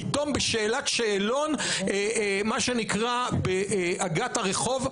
פתאום בשאלת שאלון מה שנקרא בעגת הרחוב,